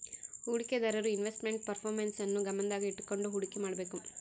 ಹೂಡಿಕೆದಾರರು investment performance ನ್ನು ಗಮನದಾಗ ಇಟ್ಕಂಡು ಹುಡಿಕೆ ಮಾಡ್ಬೇಕು